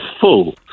full